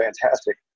fantastic